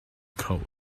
cold